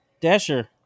Dasher